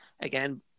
Again